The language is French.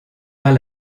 pas